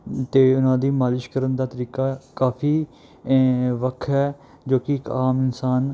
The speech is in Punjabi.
ਅਤੇ ਉਹਨਾਂ ਦੀ ਮਾਲਿਸ਼ ਕਰਨ ਦਾ ਤਰੀਕਾ ਕਾਫੀ ਵੱਖ ਹੈ ਜੋ ਕਿ ਇੱਕ ਆਮ ਇਨਸਾਨ